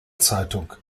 zeitung